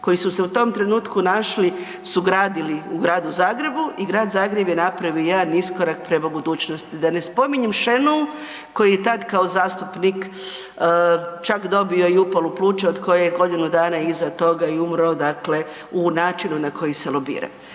koji su se u tom trenutku našli su gradili u Gradu Zagrebu i Grad Zagreb je napravio jedan iskorak prema budućnosti, da ne spominjem Šenou koji je tada kao zastupnik čak dobio i upalu pluća od koje je godinu dana iza toga i umro, dakle u načinu na koji se lobira.